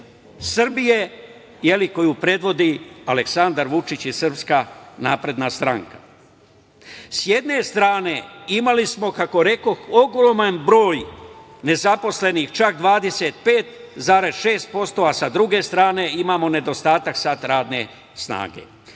Srbije, koju predvodi Aleksandar Vučić i SNS.Sa jedne strane, imali smo, kako rekoh, ogroman broj nezaposlenih, čak 25,6%, a sa druge strane imamo nedostatak radne snage. Sa